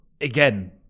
Again